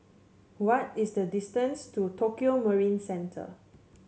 what is the distance to Tokio Marine Center